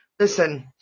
Listen